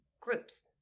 groups